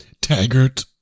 Taggart